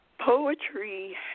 Poetry